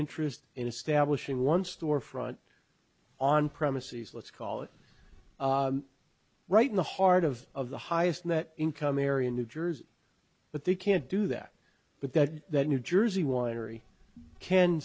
interest in establishing one storefront on premises let's call it right in the heart of of the highest net income area in new jersey but they can't do that but that new jersey winery can